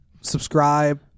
Subscribe